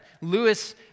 Lewis